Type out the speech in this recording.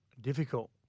Difficult